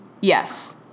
Yes